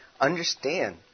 Understand